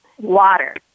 Water